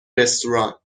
رستوران